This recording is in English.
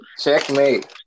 Checkmate